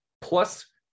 plus